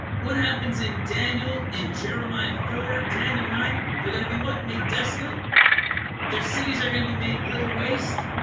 what happens in daniel in jeremiah four daniel nine they're going to be what made desolate their cities are going to be made laid waste